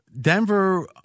Denver